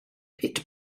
pit